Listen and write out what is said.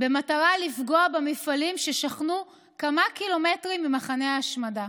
במטרה לפגוע במפעלים ששכנו כמה קילומטרים ממחנה ההשמדה.